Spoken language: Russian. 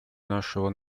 нашего